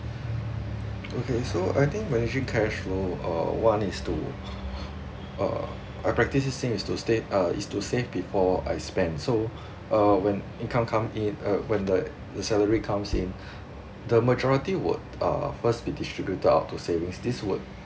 okay so I think managing cash flow uh one is to uh I practice this thing is to stat~ uh is to save before I spend so uh when income come in uh when the salary comes in the majority would uh first be distributed out to savings this would